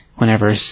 Whenever